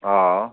हा